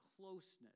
closeness